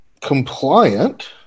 compliant